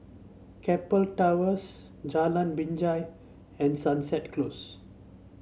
Keppel Towers Jalan Binjai and Sunset Close